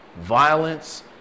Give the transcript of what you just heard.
violence